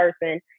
person